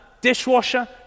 dishwasher